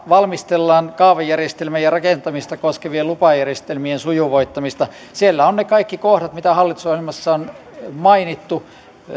valmistellaan kaavajärjestelmää ja rakentamista koskevien lupajärjestelmien sujuvoittamista siellä on ne kaikki kohdat mitä hallitusohjelmassa on mainittu